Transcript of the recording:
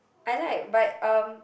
I like but um